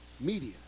media